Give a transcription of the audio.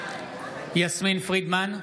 בעד יסמין פרידמן,